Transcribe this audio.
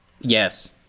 Yes